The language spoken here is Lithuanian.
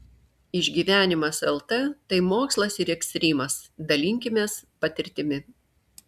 išgyvenimas lt tai mokslas ir ekstrymas dalinkimės patirtimi